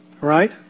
Right